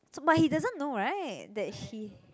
so but he doesn't know right that he